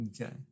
Okay